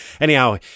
Anyhow